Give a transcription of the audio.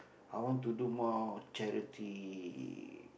I want to do more charity